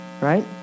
Right